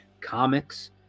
comics